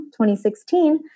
2016